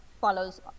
follows